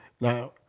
Now